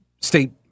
state